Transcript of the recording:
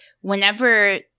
whenever